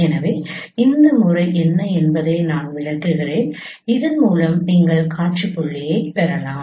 எனவே இந்த முறை என்ன என்பதை நான் விளக்குகிறேன் இதன் மூலம் நீங்கள் காட்சி புள்ளிகளைப் பெறலாம்